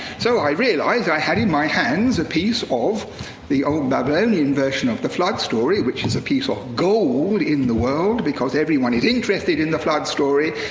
so i realized i had in my hands a piece of the old babylonian version of the flood story, which is a piece of gold in the world, because everyone is interested in the flood story,